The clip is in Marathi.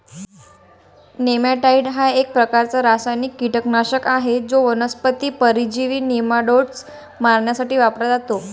नेमॅटाइड हा एक प्रकारचा रासायनिक कीटकनाशक आहे जो वनस्पती परजीवी नेमाटोड्स मारण्यासाठी वापरला जातो